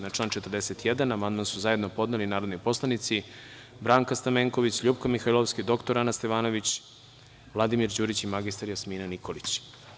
Na član 41. amandman su zajedno podneli narodni poslanici Branka Stamenković, LJupka Mihajlovska, dr Ana Stevanović, Vladimir Đurić i mr Jasmina Nikolić.